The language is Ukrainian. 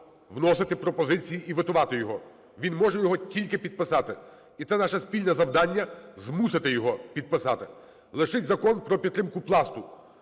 вносити пропозиції і ветувати його, він може його тільки підписати. І це наше спільне завдання - змусити його підписати. Лежить Закон про підтримку Пласту.